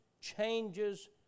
changes